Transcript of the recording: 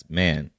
man